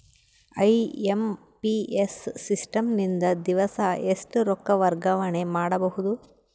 IMPS system ನಿಂದ ದಿವಸಾ ಎಷ್ಟ ರೊಕ್ಕ ವರ್ಗಾವಣೆ ಮಾಡಬಹುದು?